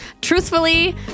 Truthfully